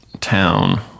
town